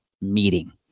meeting